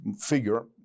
figure